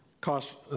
cost